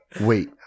Wait